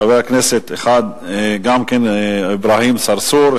כך גם חבר הכנסת אברהים צרצור,